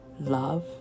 love